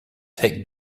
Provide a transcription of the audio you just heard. take